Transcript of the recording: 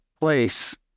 place